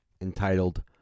entitled